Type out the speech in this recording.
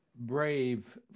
brave